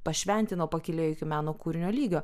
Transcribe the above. pašventino pakylėjo iki meno kūrinio lygio